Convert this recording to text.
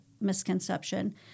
misconception